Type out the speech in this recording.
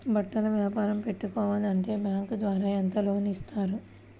బట్టలు వ్యాపారం పెట్టుకోవాలి అంటే బ్యాంకు ద్వారా ఎంత లోన్ ఇస్తారు?